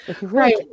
right